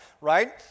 right